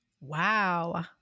Wow